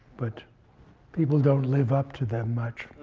but people don't live up to them much.